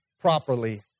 properly